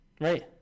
Right